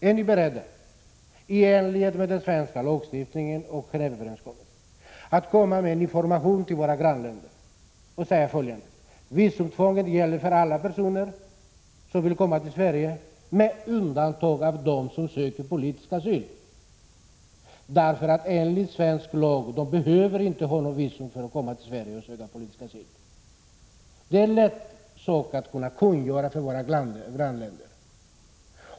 Är ni beredda att i enlighet med svensk lagstiftning och Gen&veöverenskommelsen lämna en information till våra grannländer om att visumtvång gäller för alla som vill komma till Sverige med undantag för dem som söker politisk asyl? Enligt svensk lag behöver nämligen dessa inte ha något visum för att komma till Sverige och här söka politisk asyl. Det är en lätt sak att kungöra det för våra grannländer.